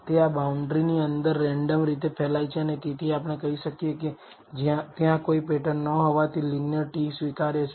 તે આ બાઉન્ડ્રીની અંદર રેન્ડમ રીતે ફેલાય છે અને તેથી આપણે કહી શકીએ કે ત્યાં કોઈ પેટર્ન ન હોવાથી લીનીયર t સ્વીકાર્ય છે